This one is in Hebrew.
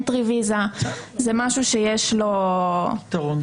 entry visa זה משהו שיש לו פתרון.